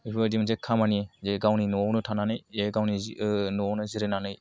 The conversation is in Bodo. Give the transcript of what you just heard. बेफोरबायदि मोनसे खामानि जे गावनि न'आवनो थानानै जे गावनि न'आवनो जिरायनानै